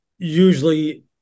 Usually